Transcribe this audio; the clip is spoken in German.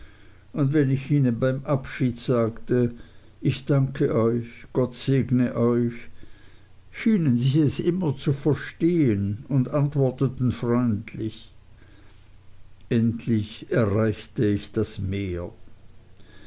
und wenn ich ihnen beim abschied sagte ich danke euch gott segne euch schienen sie es immer zu verstehen und antworteten freundlich endlich erreichte ich das meer